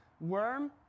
worm